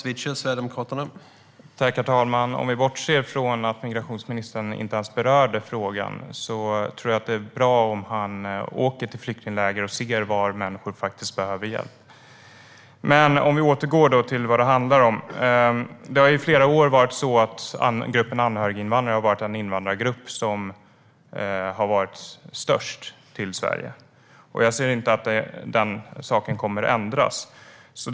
Herr talman! Om vi bortser från att migrationsministern inte alls berörde frågan vore det nog bra om han besökte flyktingläger och såg var människor faktiskt behöver hjälp. Men jag ska återgå till det som det handlar om. Under flera år har anhöriginvandrarna till Sverige varit den invandrargrupp som har varit störst, och jag ser inte att den saken kommer att ändras.